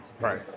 Right